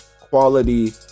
Quality